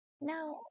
Now